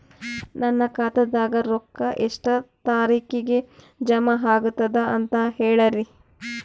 ನನ್ನ ಖಾತಾದಾಗ ರೊಕ್ಕ ಎಷ್ಟ ತಾರೀಖಿಗೆ ಜಮಾ ಆಗತದ ದ ಅಂತ ಹೇಳರಿ?